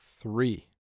three